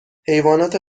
حیوانات